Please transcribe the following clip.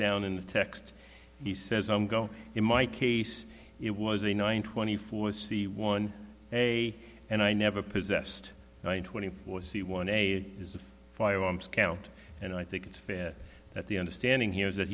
down in the text he says i'm going in my case it was a nine twenty four c one a and i never possessed in twenty four c one a is a firearms count and i think it's fair that the understanding here is that